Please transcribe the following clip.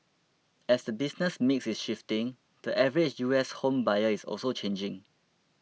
as the business mix is shifting the average U S home buyer is also changing